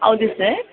ಹೌದು ಸರ್